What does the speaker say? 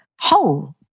whole